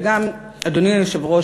אדוני היושב-ראש,